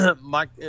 Mike